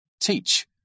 teach